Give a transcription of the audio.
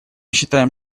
считаем